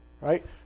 right